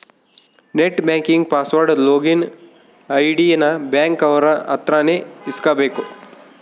net banking password login ID ನ bank ಅವ್ರ ಅತ್ರ ನೇ ಇಸ್ಕಬೇಕು